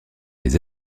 les